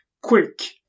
quick